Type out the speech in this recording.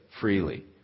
freely